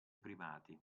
primati